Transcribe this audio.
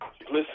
Listen